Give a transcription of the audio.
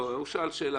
הוא שאל שאלה.